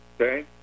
Okay